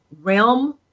realm